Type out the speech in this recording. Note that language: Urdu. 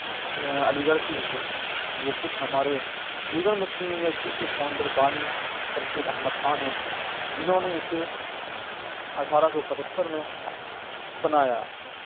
علی گڑھ کی وہ خود ہمارے علی گڑھ مسلم یونیورسٹی کے فاؤندر بانی سر سید احمد خان ہیں جنہوں نے اسے اٹھارہ سو پچہتر میں بنایا